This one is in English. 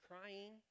crying